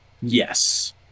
Yes